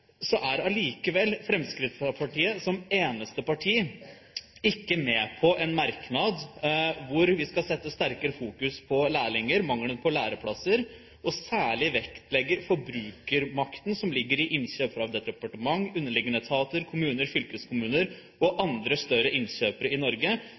så er allikevel Fremskrittspartiet, som eneste parti, ikke med på en merknad hvor vi andre «ønsker et sterkere fokus på situasjonen rundt lærlinger og mangelen på læreplasser» og vil særlig vektlegge «den forbrukermakt som ligger i innkjøpene til departement eller underliggende etater, kommuner, fylkeskommuner og